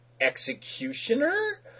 executioner